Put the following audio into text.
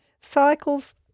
cycles